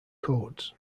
codes